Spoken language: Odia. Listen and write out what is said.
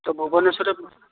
ତ ଭୁବନେଶ୍ଵର